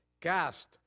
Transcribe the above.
Cast